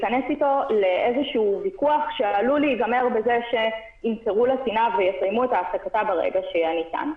להיכנס אתו לוויכוח שעלול להסתיים בזה שיסיימו את העסקתה ברגע שיהיה ניתן.